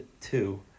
two